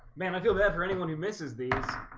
man. i feel bad for anyone who misses these